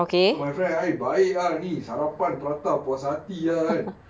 so my friend and I eh baik ah this harapan prata puas hati lah kan